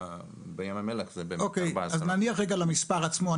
בים המלח זה בין 14%. אוקיי, נניח רגע למספר עצמו.